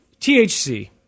THC